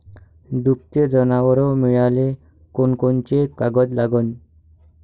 दुभते जनावरं मिळाले कोनकोनचे कागद लागन?